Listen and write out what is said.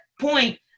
point